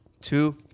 two